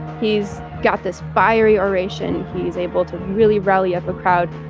he's got this fiery oration. he's able to really rally up a crowd